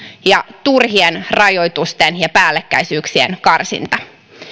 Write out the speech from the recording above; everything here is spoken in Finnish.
ja turhien rajoitusten ja päällekkäisyyksien karsinta